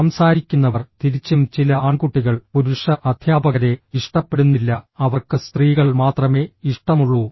സംസാരിക്കുന്നവർ തിരിച്ചും ചില ആൺകുട്ടികൾ പുരുഷ അധ്യാപകരെ ഇഷ്ടപ്പെടുന്നില്ല അവർക്ക് സ്ത്രീകൾ മാത്രമേ ഇഷ്ടമുള്ളൂ